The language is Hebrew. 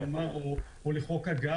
מוכר בחקיקה